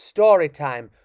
Storytime